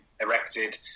erected